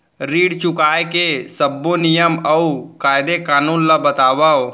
ऋण चुकाए के सब्बो नियम अऊ कायदे कानून ला बतावव